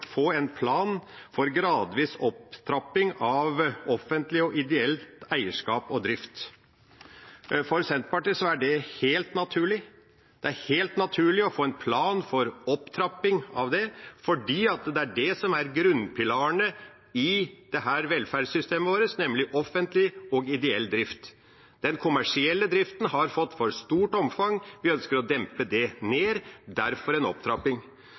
få en plan for gradvis opptrapping av offentlig og ideelt eierskap og drift. For Senterpartiet er det helt naturlig å få en plan for opptrapping av det fordi det er det som er grunnpilarene i velferdssystemet vårt, nemlig offentlig og ideell drift. Den kommersielle driften har fått for stort omfang. Vi ønsker å dempe det mer – derfor en opptrapping.